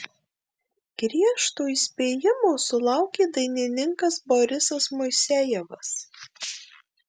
griežto įspėjimo sulaukė dainininkas borisas moisejevas